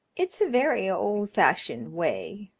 it's a very old-fashioned way,